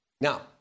now